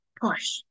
push